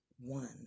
one